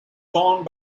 formed